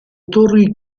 torri